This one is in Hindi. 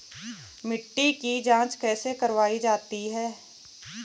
मिट्टी की जाँच कैसे करवायी जाती है?